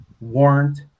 Warrant